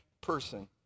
person